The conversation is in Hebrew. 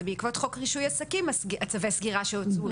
זה בעקבות חוק רישוי עסקים, צווי הסגירה שהוצאו.